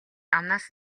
амнаас